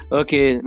okay